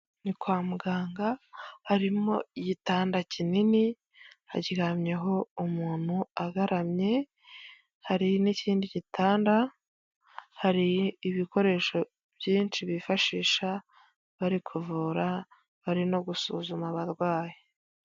Ni kwa muganga, harimo igitanda kinini, haryamyeho umuntu agaramye, hari n'ikindi gitanda, hari ibikoresho byinshi bifashisha bari kuvura, bari no gusuzuma abarwayi.